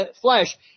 flesh